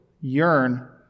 Yearn